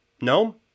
No